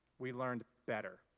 we learn better.